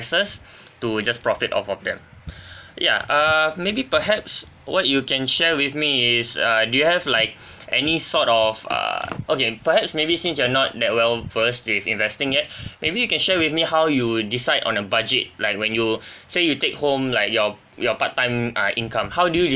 prices to just profit off of them ya err maybe perhaps what you can share with me is err do you have like any sort of err okay perhaps maybe since you're not that well versed with investing yet maybe you can share with me how you decide on a budget like when you say you take home like your your part time ah income how do you